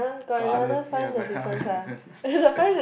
got others ya got how many differences